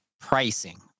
pricing